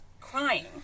crying